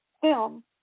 film